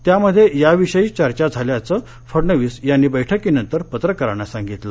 त्यामध्ये याविषयी चर्चा झाल्याचं फडणवीस यांनी बैठकीनंतरपत्रकारांना सांगितलं